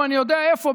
או אני יודע איפה,